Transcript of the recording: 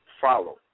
follow